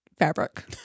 fabric